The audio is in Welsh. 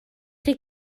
chi